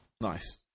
Nice